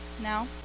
Now